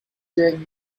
during